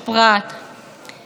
יש בכך היגיון,